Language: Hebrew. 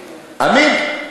אמין.